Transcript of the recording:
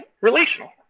relational